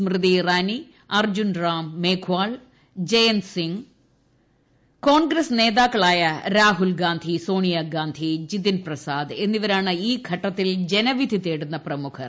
smoothie Irani Arjun Ram Meghwal Jayant Sinha Congress നേതാക്കളായ രാഹുൽ ഗാന്ധി സോണിയാഗാന്ധി ഡ്ജിതിൻ പ്രസാദ് എന്നിവരാണ് ഈ ഘട്ടത്തിൽ ജനവിധിത്യേട്ടുന്ന് പ്രമുഖർ